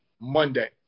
Monday